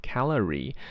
，Calorie